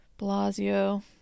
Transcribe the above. Blasio